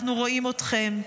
אנחנו רואים אתכם,